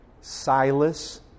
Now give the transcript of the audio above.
Silas